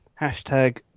hashtag